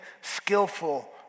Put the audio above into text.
skillful